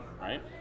right